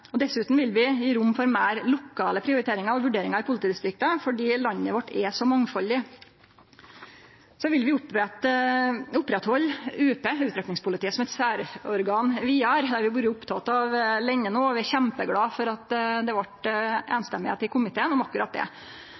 Dessutan vil vi gje rom for meir lokale prioriteringar og vurderingar i politidistrikta, fordi landet vårt er så mangfaldig. Vi vil oppretthalde utrykkingspolitiet, UP, som eit eige særorgan. Vi har lenge vore opptekne av det og er kjempeglade for at komiteen vart samrøystes om akkurat det. Eg trur ikkje ein skal undervurdere krafta til veljarane og